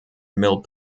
mill